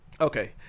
Okay